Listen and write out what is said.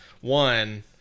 One